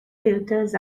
filters